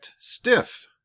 stiff